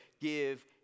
give